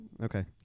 Okay